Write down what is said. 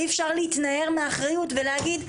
אי אפשר להתנער מהאחריות ולהגיד,